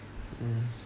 mm